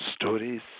stories